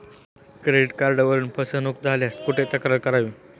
Credit कार्डवरून फसवणूक झाल्यास कुठे तक्रार करावी?